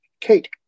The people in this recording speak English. Kate